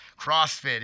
CrossFit